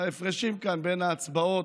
בהפרשים כאן בין ההצבעות,